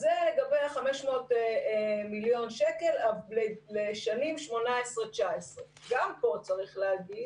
אז זה לגבי 500 מיליון שקלים לשנים 2019-2018. גם פה צריך להגיד